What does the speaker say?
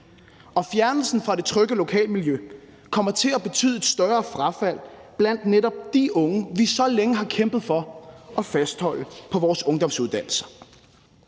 Og fjernelsen fra det trygge lokalmiljø kommer til at betyde et større frafald blandt netop de unge, vi så længe har kæmpet for at fastholde på vores ungdomsuddannelser.